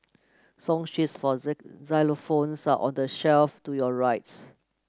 song sheets for xylophones are on the shelf to your right